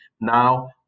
now